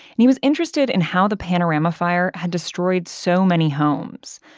and he was interested in how the panorama fire had destroyed so many homes.